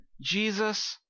Jesus